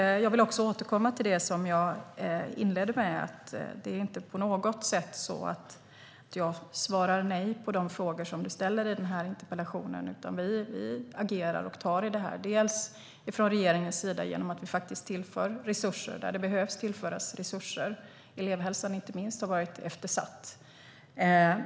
Jag vill återkomma till det jag inledde med att säga; jag svarar inte på något sätt nej på de frågor som du ställer i interpellationen. Vi agerar och tar tag i det här. Regeringen tillför resurser där det behövs. Inte minst elevhälsan har varit eftersatt.